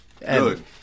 Good